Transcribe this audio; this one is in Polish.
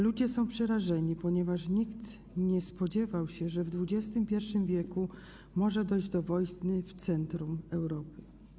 Ludzie są przerażeni, ponieważ nikt nie spodziewał się, że w XXI w. może dojść do wojny w centrum Europy.